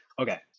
Okay